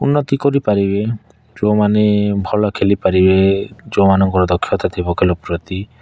ଉନ୍ନତି କରିପାରିବେ ଯେଉଁମାନେ ଭଲ ଖେଳି ପାରିବେ ଯେଉଁମାନଙ୍କର ଦକ୍ଷତା ଥିବ ଖେଳ ପ୍ରତି